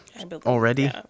already